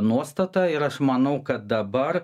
nuostata ir aš manau kad dabar